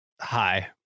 Hi